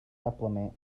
supplement